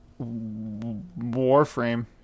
Warframe